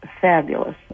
fabulous